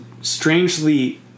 strangely